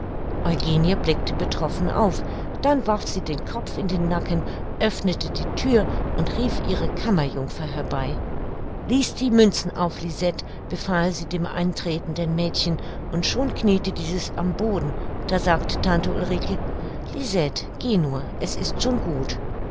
eugenie blickte betroffen auf dann warf sie den kopf in den nacken öffnete die thür und rief ihre kammerjungfer herbei lies die münzen auf lisette befahl sie dem eintretenden mädchen und schon kniete dieses am boden da sagte tante ulrike lisette geh nur es ist schon gut